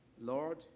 Lord